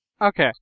okay